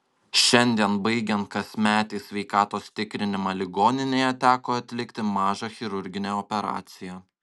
šiandien baigiant kasmetį sveikatos tikrinimą ligoninėje teko atlikti mažą chirurginę operaciją